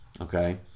okay